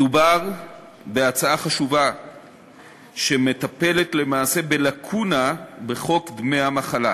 מדובר בהצעה חשובה שמטפלת למעשה בלקונה בחוק דמי מחלה.